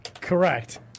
Correct